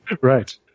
Right